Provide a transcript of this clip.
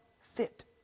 fit